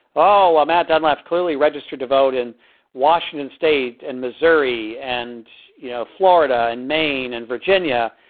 oh, i'm at dunlap's. clearly registered to vote in washington state and missouri and you know florida and maine and virginia.